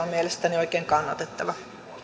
on mielestäni oikein kannatettava